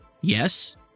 Yes